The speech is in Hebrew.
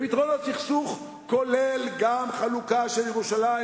פתרון לסכסוך כולל גם חלוקה של ירושלים